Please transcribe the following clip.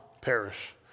perish